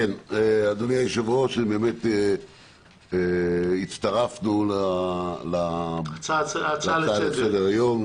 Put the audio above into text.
אדוני היושב ראש, הצטרפנו להצעה לסדר היום.